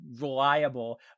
reliable